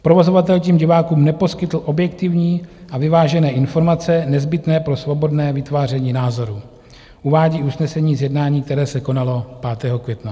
Provozovatel tím divákům neposkytl objektivní a vyvážené informace nezbytné pro svobodné vytváření názorů, uvádí usnesení z jednání, které se konalo 5. května.